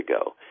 ago